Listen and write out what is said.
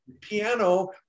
piano